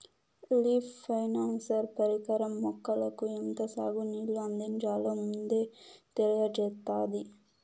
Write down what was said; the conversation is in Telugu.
లీఫ్ సెన్సార్ పరికరం మొక్కలకు ఎంత సాగు నీళ్ళు అందించాలో ముందే తెలియచేత్తాది